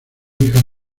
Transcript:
hija